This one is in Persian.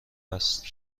است